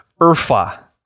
Urfa